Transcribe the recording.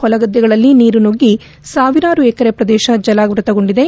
ಹೊಲಗದ್ದೆಗಳಲ್ಲಿ ನೀರು ನುಗ್ಗಿ ಸಾವಿರಾರು ಎಕರೆ ಪ್ರದೇಶ ಜಲಾವೃತ್ತಗೊಂಡಿದೆ